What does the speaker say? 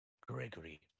Gregory